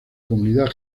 comunidad